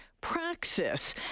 Praxis